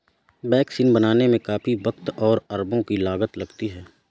vaccine बनाने में काफी वक़्त और अरबों की लागत लगती है